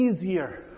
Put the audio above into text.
easier